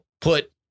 put